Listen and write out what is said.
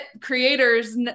creators